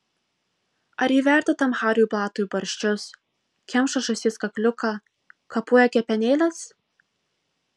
ar ji verda tam hariui blatui barščius kemša žąsies kakliuką kapoja kepenėles